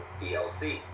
DLC